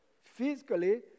physically